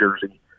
Jersey